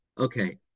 Okay